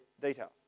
details